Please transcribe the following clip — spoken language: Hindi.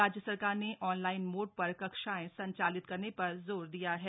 राज्य सरकार ने ऑनलाइन मोड पर कक्षाएं संचालित करने पर जोर दिया है